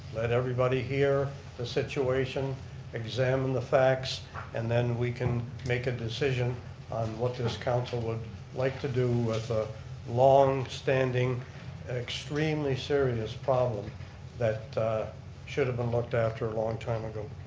let everybody hear the situation examine the facts and then we can make a decision on what this council would like to do with a long-standing, extremely serious problem that should have been looked after a long time ago.